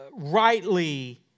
Rightly